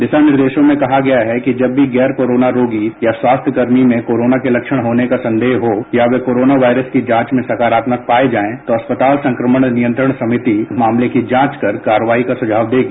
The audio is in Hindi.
दिशा निर्देशों में कहा गया है कि जब भी गैर कोरोना रोगी या स्वास्थ्यकर्मी में कोरोना के लक्षण होने का संदेह हो या फिर कोरोना वायरस की जांच में साकारात्मक पाये जांए तो अस्पताल संक्रमण नियंत्रण समिति मामले की जांच कर कार्रवाई का सुझाव देगी